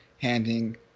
handing